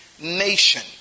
nation